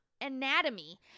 anatomy